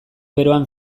beroan